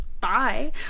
bye